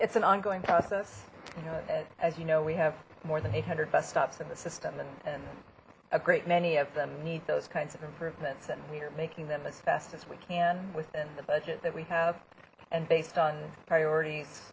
it's an ongoing process as you know we have more than eight hundred bus stops in the system and a great many of them need those kinds of improvements and we are making them as fast as we can within the budget that we have and based on priorities